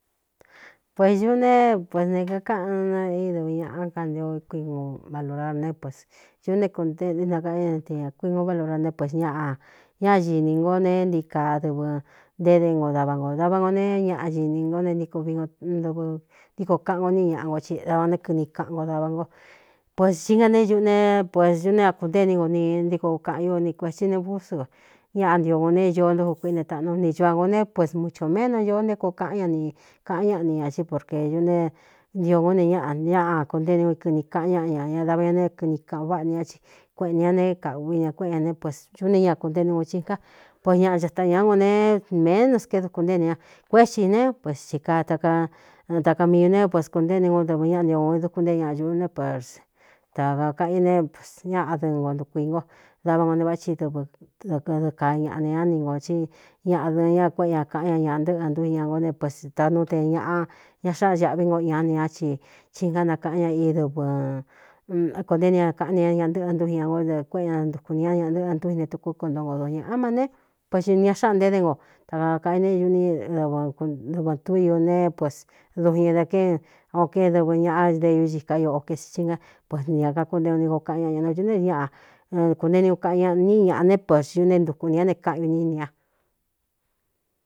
Pues ñuꞌ ne pues ne kkáꞌan i dɨvɨ ñaꞌa kantio kuino valurar né pes ñuꞌ né kuent nakaꞌn ñá n te ñākuii ngo bálura né pus ñaꞌ ñáñini ngo neé ntikaa dɨvɨ ntéde ngo dava ngō dava ngo ne ñaꞌa ini nto ne ntíko vii no nɨvɨ ntíkoo kaꞌan nko níi ñaꞌa no dava né kɨni kaꞌan nko dava ngo pues cíí nga ne ñuꞌu ne pues ñune ñakuntée ni nko ni ntíko kaꞌan ñu ni kuētsi ne pús ñaꞌa ntio ngō ne é ñoo ntokun kuíꞌne taꞌnu ni thu a ngō ne pues mu ch ō méno ñoó nté koo kaꞌán ña ni kaꞌán ñáꞌ ni ñā í porkē ne ntio gó ne ñaꞌa ñaꞌa kunteni kun kɨni kꞌán ñáꞌ ña ña dava ña nēé kɨni kaꞌan váꞌa ni ñá ci kueꞌenā ña ne kaūvi ña kuéꞌe ña eñu ne ña kunteni non chingá pues ñaꞌa chata ñāá ngo neé ménus ke dukun nté ne ña kuéꞌxi i ne pues tsi kaa taka miñu ne pes kuntéeni ngo dɨvɨ ñáꞌa ntio ō i dukun nté ñaꞌ ñūꞌú né pers takaakaꞌan o ne ñaꞌadɨɨ nko ntukui ngo dava ngo ne váꞌátsi dɨvɨ dɨɨdɨɨ ka ñaꞌa neñá ni nō í ñaꞌdɨɨn ña kuéꞌe ña kaꞌán ña ñaꞌ ntɨ́ꞌɨ ntúi ña ngó ne ps tanu te ñāꞌa ña xáꞌan ñāꞌví ngo ñá ne ña ci chingá nakaꞌán ña dɨkonténi ña kaꞌán ni ña ña ntɨ́ꞌɨ ntúi ña nó dɨ kuéꞌen ña ntukun ni ñá ñaꞌ ntɨ́ꞌɨ ntúi ne tukú konto ngo dun ñāꞌa má ne p ña xáꞌān nte de nko ta kaakaꞌa i ne n dvɨ tú iu ne ps dun ñada ké o ké dɨvɨ ñaꞌa deúiká ioꞌo kesicíí nga pus n ñā kakunte uni koo kaꞌan ña ñ no o dūne ña kūnteni un kaꞌan ñaꞌ níi ñaꞌa né pesñuꞌne ntuku ni ña ne kaꞌan ñu ní ni ña.